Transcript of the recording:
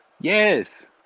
yes